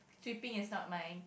sweeping is not my